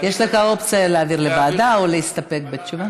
יש לך אופציה להעביר לוועדה או להסתפק בתשובה.